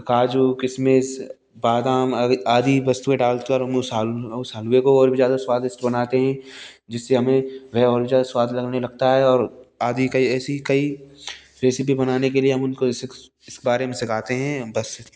काजू किशमिश बादाम आदि वस्तुएँ डालकर उस हलवे को और भी ज़्यादा स्वादिष्ट बनाते हैं जिससे हमें वह और ज़्यादा स्वाद देने लगता हैं और आदि ऐसी कई रेसिपी बनाने के लिए हम उनको इस बारे में सिखाते हैं बस